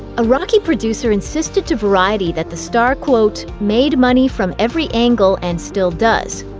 a rocky producer insisted to variety that the star, quote, made money from every angle, and still does.